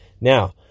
Now